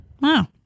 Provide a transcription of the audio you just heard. Wow